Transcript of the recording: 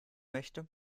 möchte